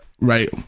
right